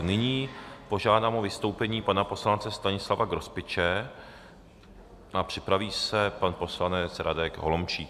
Nyní požádám o vystoupení pana poslance Stanislava Grospiče a připraví se pan poslanec Radek Holomčík.